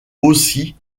aussi